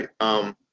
right